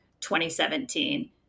2017